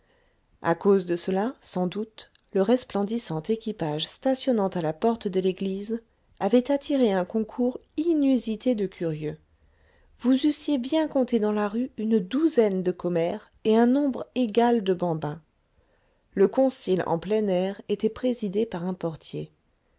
a cause de cela sans doute le resplendissant équipage stationnant à la porte de l'église avait attiré un concours inusité de curieux vous eussiez bien compté dans la rue une douzaine de commères et un nombre égal de bambins le concile en plein air était présidé par un portier